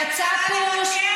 יצא פוש,